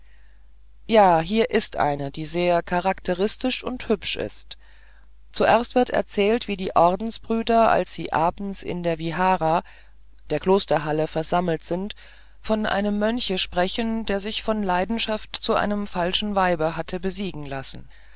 ja hier ist eine die sehr charakteristisch und hübsch ist zuerst wird erzählt wie die ordensbrüder als sie abends in der wihara der klosterhalle versammelt sind von einem mönche sprechen der sich von leidenschaft zu einem falschen weibe hat besiegen lassen